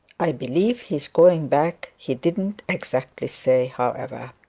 i believe he is going back he didn't exactly say, however